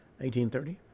1830